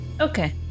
Okay